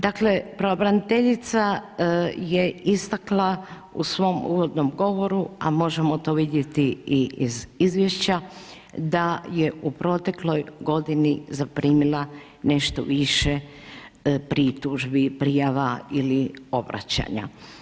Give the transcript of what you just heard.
Dakle, pravobraniteljica je istakla u svom uvodnom govoru, a možemo to vidjeti iz izvješća, da je u protekloj godini, zaprimila nešto više pritužbi, prijava ili obraćanja.